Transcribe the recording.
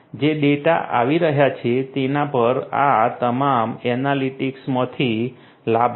જે ડેટા આવી રહ્યા છે તેના પર આ તમામ એનાલિટિક્સમાંથી લાભાર્થીઓ